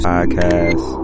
Podcast